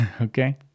Okay